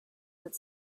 that